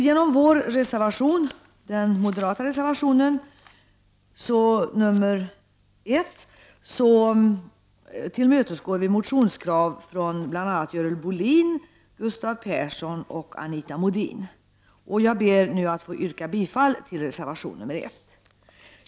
Genom vår reservation, den moderata reservationen nr 1, tillmötesgår vi motionskrav från bl.a. Görel Bohlin, Gustav Persson och Anita Modin. Jag ber att få yrka bifall till reservation 1.